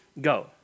go